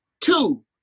Two